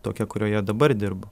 tokia kurioje dabar dirbu